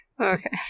Okay